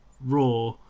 Raw